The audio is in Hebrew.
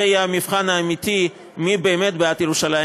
זה יהיה המבחן האמיתי מי באמת בעד ירושלים